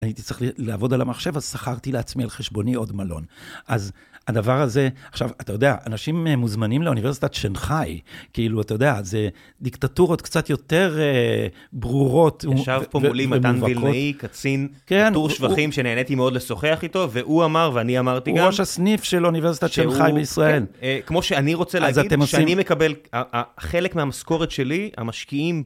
אני הייתי צריך לעבוד על המחשב, אז שכרתי לעצמי על חשבוני עוד מלון. אז הדבר הזה... עכשיו, אתה יודע, אנשים מוזמנים לאוניברסיטת שאנגחאי, כאילו, אתה יודע, זה דיקטטורות קצת יותר ברורות... ישב פה מולי מתן וילנאי, קצין, כן. עטור שבחים שנהניתי מאוד לשוחח איתו, והוא אמר, ואני אמרתי גם... הוא ראש הסניף של אוניברסיטת שאנגחאי בישראל. כמו שאני רוצה להגיד, שאני מקבל... חלק מהמשכורת שלי, המשקיעים...